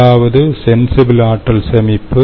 முதலாவது சென்சிபில் ஆற்றல் சேமிப்பு